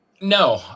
No